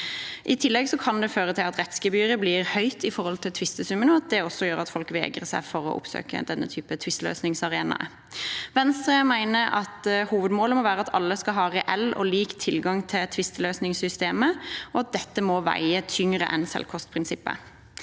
I tillegg kan det føre til at rettsgebyret blir høyt i forhold til tvistesummen, og at det også gjør at folk vegrer seg for å oppsøke denne typen tvisteløsningsarenaer. Venstre mener at hovedmålet må være at alle skal ha reell og lik tilgang til tvisteløsningssystemet, og at dette må veie tyngre enn selvkostprinsippet.